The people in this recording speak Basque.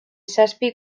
zazpi